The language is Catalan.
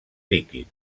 líquid